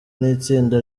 n’itsinda